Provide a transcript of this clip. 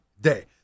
day